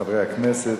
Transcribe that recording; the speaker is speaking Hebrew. חברי הכנסת,